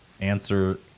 Answer